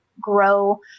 grow